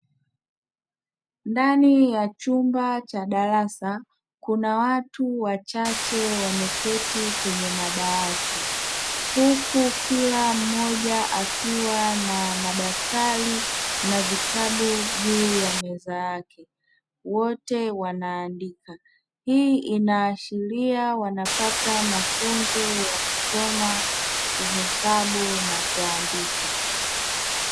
Ndani ya chumba cha darasa, kuna watu wachache wameketi kwenye madawati. Huku kila mmoja akiwa na madaftari na vitabu juu ya meza yake, wote wanaandika. Hii inaashiria wanapata mafunzo ya kusoma, kuhesabu na kuandika.